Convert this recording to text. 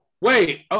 Wait